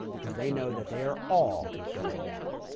because they know that they are all going down.